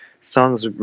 songs